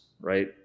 right